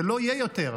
זה לא יהיה יותר,